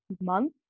month